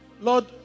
Lord